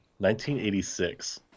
1986